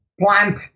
plant